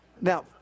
now